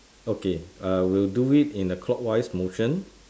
okay err we'll do it in a clockwise motion